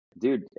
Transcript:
Dude